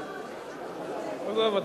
עזוב.